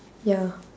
ya